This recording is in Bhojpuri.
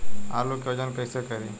आलू के वजन कैसे करी?